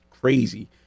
crazy